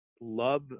love